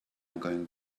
going